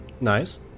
nice